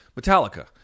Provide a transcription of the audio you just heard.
Metallica